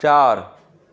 चार